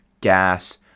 gas